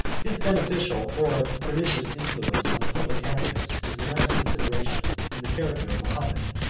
his beneficial or pernicious influence on the public happiness is the last consideration in the character of mahomet.